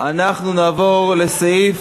אנחנו נעבור לסעיף,